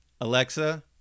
Alexa